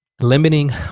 Limiting